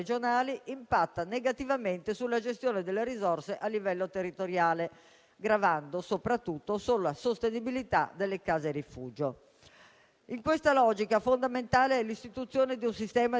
In questa logica, fondamentale è l'istituzione di un sistema di monitoraggio e valutazione periodica di impatto. Per quanto riguarda le Regioni, il monitoraggio fatto dalla Commissione